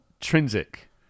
intrinsic